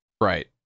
Right